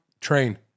Train